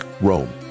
Rome